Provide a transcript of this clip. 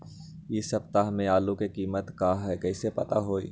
इ सप्ताह में आलू के कीमत का है कईसे पता होई?